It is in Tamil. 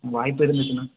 வாய்ப்பு இருந்துச்சுன்னா